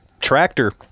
tractor